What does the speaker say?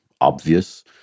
obvious